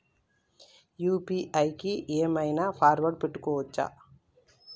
UPI కి ఏం ఐనా పాస్వర్డ్ పెట్టుకోవచ్చా?